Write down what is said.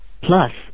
Plus